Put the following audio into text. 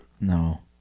No